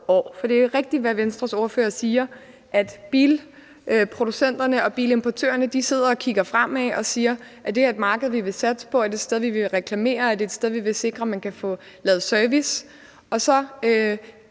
For det er jo rigtigt, hvad Venstres ordfører siger, om, at bilproducenterne og bilimportørerne sidder og kigger fremad og spørger, om det her er et marked, de vil satse på, om det er et sted, de vil reklamere, om det er et sted, vi vil sikre at man kan få lavet service, og de